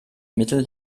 mittel